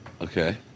Okay